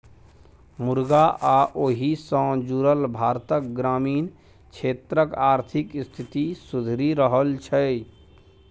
मुरगा आ ओहि सँ जुरल भारतक ग्रामीण क्षेत्रक आर्थिक स्थिति सुधरि रहल छै